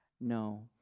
no